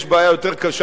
יש בעיה יותר קשה,